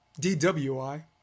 DWI